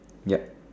yep